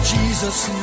Jesus